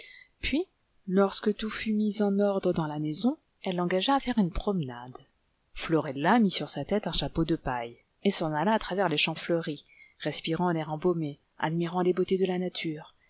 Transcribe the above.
puis lorsque tout fut mis en ordre dans la maison elle l'engagea à faire une promenade flore de noix mit sur sa tête un chapeau de paille et s'en alla à travers les champs fleuris respirant l'air embaumé admirant les beautés de la nature